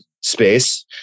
space